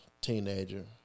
teenager